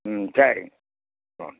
ம் சரிங்க ஆ